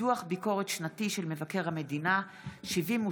דוח ביקורת שנתי של מבקר המדינה 72א,